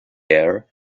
air